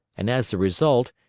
and as a result,